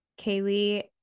Kaylee